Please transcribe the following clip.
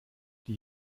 die